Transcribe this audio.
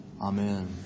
Amen